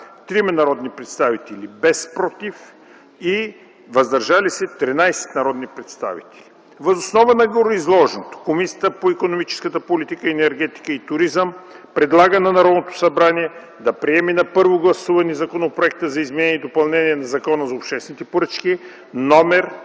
– 3 народни представители, без „против” и „въздържали се” – 13 народни представители. Въз основа на гореизложеното Комисията по икономическата политика, енергетика и туризъм предлага на Народното събрание да приеме на първо гласуване законопроекта за изменение и допълнение на Закона за обществените поръчки,